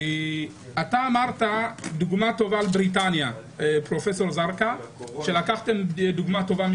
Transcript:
אמרת שלקחתם את בריטניה כדוגמה טובה.